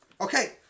Okay